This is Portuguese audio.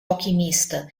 alquimista